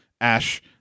Ash